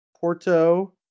Porto